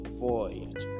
void